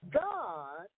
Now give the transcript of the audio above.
God